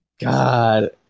God